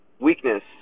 weakness